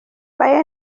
bayern